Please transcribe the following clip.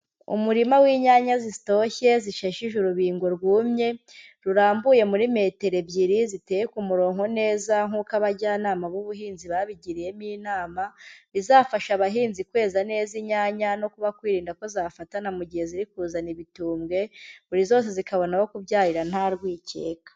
Umurima w'inyanya zitoshye zishashije urubingo rwumye rurambuye muri metero ebyiri ziteye ku murongo neza nkuko abajyanama b'ubuhinzi babigiriyemo inama izafasha abahinzi kweza neza inyanya no kuba kwirinda ko zafatana mu gihe ziri kuzana ibitumbwe, buri zose zikabona aho kubyarira nta rwikekwe.